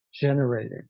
generated